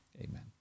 amen